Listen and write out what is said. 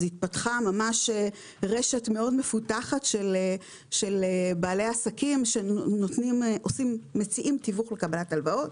התפתחה רשת מאוד מפותחת של בעלי עסקים שמציעים תיווך לקבלת הלוואות.